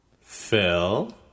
Phil